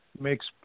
makes